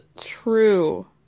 true